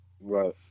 Right